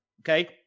Okay